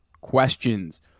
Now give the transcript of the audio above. questions